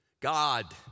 God